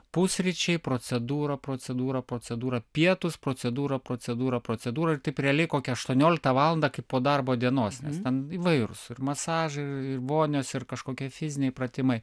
pusryčiai procedūra procedūra procedūra pietūs procedūra procedūra procedūra ir taip realiai kokią aštuonioliktą valandą kaip po darbo dienos nes ten įvairūs masažai vonios ir kažkokie fiziniai pratimai